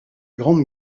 grande